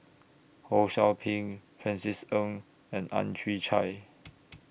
Ho SOU Ping Francis Ng and Ang Chwee Chai